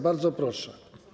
Bardzo proszę.